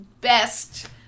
best